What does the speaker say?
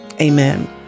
Amen